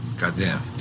Goddamn